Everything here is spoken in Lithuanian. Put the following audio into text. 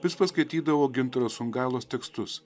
vis paskaitydavau gintaro songailos tekstus